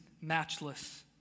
matchless